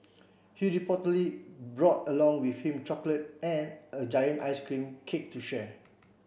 he reportedly brought along with him chocolate and a giant ice cream cake to share